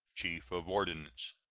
chief of ordnance.